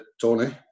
Tony